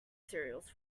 cereals